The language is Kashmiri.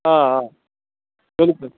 آ آ بِلکُل